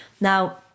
Now